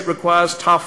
אנשים יצעקו,